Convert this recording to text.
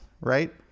right